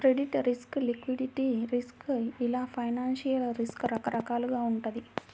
credit risk, liquidity risk ఇలా financial risk రకరకాలుగా వుంటది